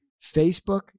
Facebook